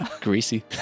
greasy